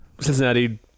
Cincinnati